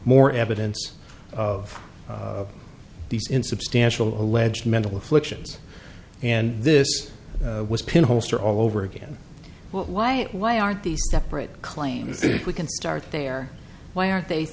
more evidence of these insubstantial alleged mental afflictions and this was pin holster all over again why why aren't these separate claims if we can start there why are they